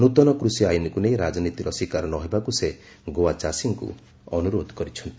ନୂତନ କୃଷି ଆଇନକୁ ନେଇ ରାଜନୀତିର ଶିକାର ନ ହେବାକୁ ସେ ଗୋଆ ଚାଷୀଙ୍କୁ ଅନୁରୋଧ କରିଛନ୍ତି